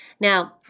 Now